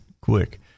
quick